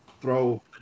throw